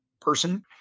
person